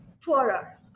poorer